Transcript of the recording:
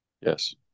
Yes